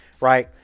right